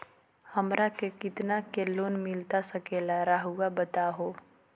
हमरा के कितना के लोन मिलता सके ला रायुआ बताहो?